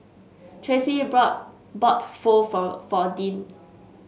Tracy brought bought Pho for for Deann